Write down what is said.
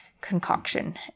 concoction